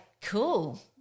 cool